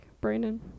Brandon